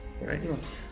Nice